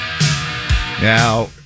Now